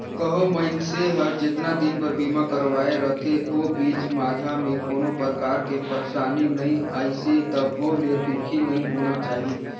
कहो मइनसे हर जेतना दिन बर बीमा करवाये रथे ओ बीच माझा मे कोनो परकार के परसानी नइ आइसे तभो ले दुखी नइ होना चाही